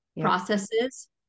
processes